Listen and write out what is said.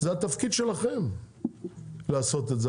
זה התפקיד שלכם לעשות את זה.